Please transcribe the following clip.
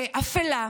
כאפלה,